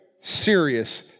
serious